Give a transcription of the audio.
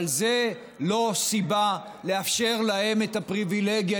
אבל זו לא סיבה לאפשר להם את הפריבילגיה